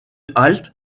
halte